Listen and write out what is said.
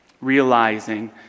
realizing